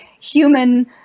human